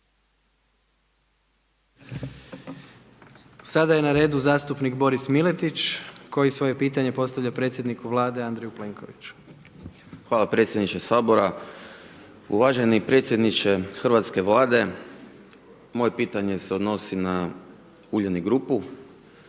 Sada je na redu zastupnik Boris Miletić koje svoje pitanje postavlja predsjedniku Vlade Andreju Plenkoviću. **Miletić, Boris (IDS)** Hvala predsjedniče Sabora. Uvaženi predsjedniče Hrvatske vlade, moje pitanje se odnosi na Uljanik Grupu,